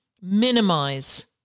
minimize